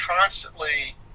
constantly